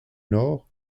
nord